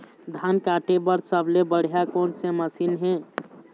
धान काटे बर सबले बढ़िया कोन से मशीन हे?